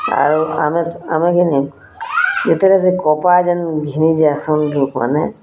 ଆଉ ଆମେ ଆମେକିନି ଏଥିରେ ସେ କପା ଯେନ୍ ଘିନି ଯାଏସନ୍ ଲୋକ୍ମାନେ